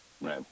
Right